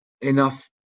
enough